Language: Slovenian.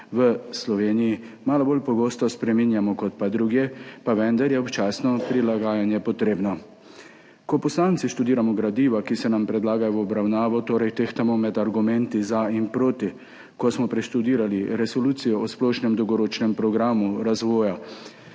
v Sloveniji malo bolj pogosto spreminjamo kot pa drugje, pa vendar je občasno prilagajanje potrebno. Ko poslanci študiramo gradiva, ki se nam predlagajo v obravnavo, torej tehtamo med argumenti za in proti. Ko smo preštudirali resolucijo o splošnem dolgoročnem programu razvoja